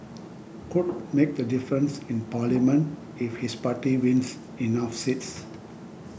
could make the difference in Parliament if his party wins enough seats